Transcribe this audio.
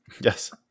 yes